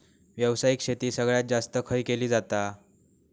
व्यावसायिक शेती सगळ्यात जास्त खय केली जाता?